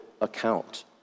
account